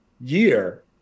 year